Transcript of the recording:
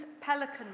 Pelican